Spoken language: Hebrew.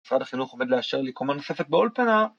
משרד החינוך עומד לאשר לי קומה נוספת באולפנה